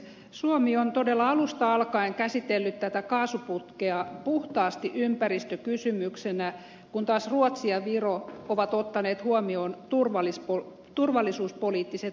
suomi on todella alusta alkaen käsitellyt tätä kaasuputkea puhtaasti ympäristökysymyksenä kun taas ruotsi ja viro ovat ottaneet huomioon turvallisuuspoliittiset näkökohdat